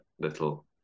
little